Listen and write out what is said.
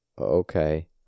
Okay